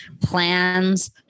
plans